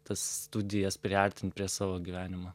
tas studijas priartint prie savo gyvenimo